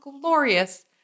glorious